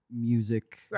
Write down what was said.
music